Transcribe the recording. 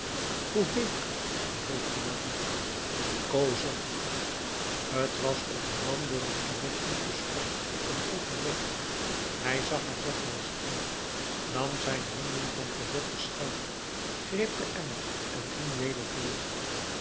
hoe heet ge vroeg de man cosette t was of de man door een electrieken schok getroffen werd hij zag haar nogmaals aan nam zijn handen van cosettes schouders greep den emmer en ging weder voort